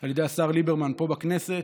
על ידי השר ליברמן פה בכנסת,